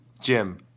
Jim